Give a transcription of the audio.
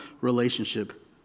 relationship